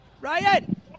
Ryan